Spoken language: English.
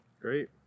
Great